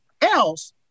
else